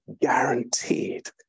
Guaranteed